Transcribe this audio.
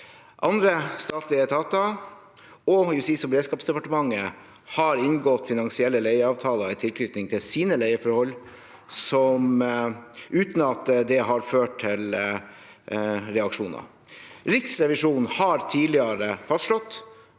Andre statlige etater og Justis- og beredskapsdepartementet har inngått finansielle leieavtaler i tilknytning til sine leieforhold uten at det har ført til reaksjoner. Riksrevisjonen har tidligere fastslått